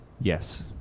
yes